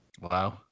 Wow